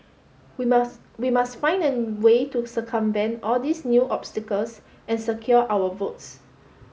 we must we must find an way to circumvent all these new obstacles and secure our votes